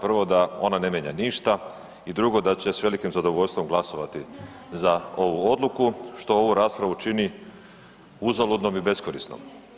Prvo, da ona ne mijenja ništa i drugo, da će s velikim zadovoljstvom glasovati za ovu odluku što ovu raspravu čini uzaludnom i beskorisnom.